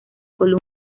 columna